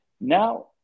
Now